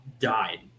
died